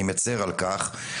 אני מצר על כך.